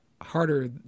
harder